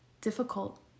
difficult